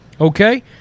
okay